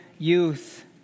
Youth